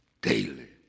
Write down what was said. daily